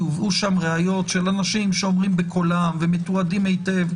כי הובאו שם ראיות של אנשים שאומרים בקולם ומתועדים היטב,